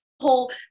whole